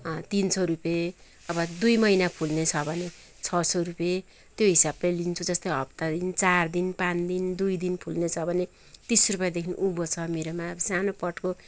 तिन सौ रुपियाँ अब दुई महिना फुल्ने छ भने छ सौ रुपियाँ त्यो हिसाबले लिन्छु जस्तो हप्ता दिन चार दिन पाँच दिन दुई दिन फुल्ने छ भने तिस रुपियाँदेखि उँभो छ मेरोमा अब सानो पटको